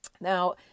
Now